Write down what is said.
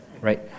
right